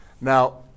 Now